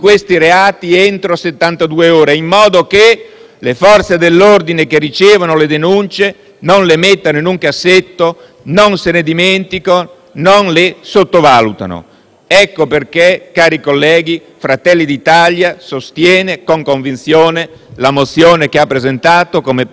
le Forze dell'ordine che ricevono le denunce non le mettano in un cassetto, non se ne dimentichino e non le sottovalutino. Ecco perché, cari colleghi, Fratelli d'Italia sostiene con convinzione la mozione che ha presentato come prima firmataria la collega Isabella Rauti.